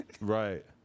Right